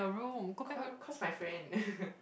cause cause my friend